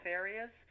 areas